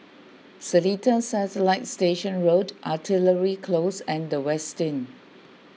Seletar Satellite Station Road Artillery Close and the Westin